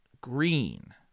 green